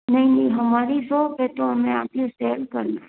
नहीं नहीं हमारी शॉप है तो हमें आगे सेल करना हैं